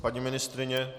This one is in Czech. Paní ministryně?